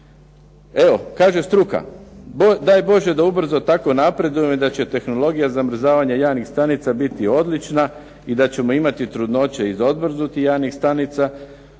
evo kaže struka, daj Bože da ubrzo tako napredujemo i da će tehnologija zamrzavanja jajnih stanica biti odlična i da ćemo imati trudnoće i iz odmrznutih jajnih stanica.